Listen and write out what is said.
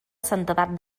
santedat